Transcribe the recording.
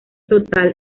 total